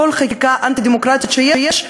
כל חקיקה אנטי-דמוקרטית שיש,